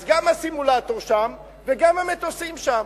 אז גם הסימולטור שם וגם המטוסים שם.